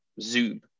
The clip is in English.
Zoom